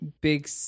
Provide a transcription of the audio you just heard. big